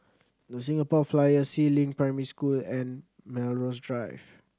The Singapore Flyer Si Ling Primary School and Melrose Drive